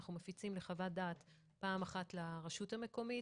אנחנו מפיצים חוות דעת פעם אחת לרשות המקומית,